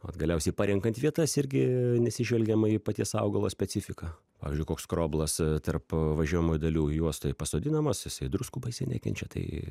vat galiausiai parenkant vietas irgi nesižvelgiama į paties augalo specifiką pavyzdžiui koks skroblas tarp važiuojamųjų dalių juostoj pasodinamas jisai druskų baisiai nekenčia tai